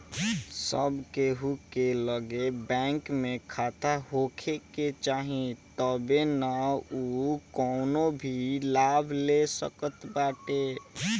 सब केहू के लगे बैंक में खाता होखे के चाही तबे नअ उ कवनो भी लाभ ले सकत बाटे